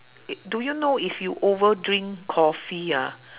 do you know if you over drink coffee ah